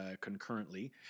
concurrently